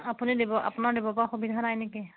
আপুনি দিব আপোনাৰ দিব পৰা সুবিধা নাই নেকি